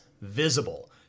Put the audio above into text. visible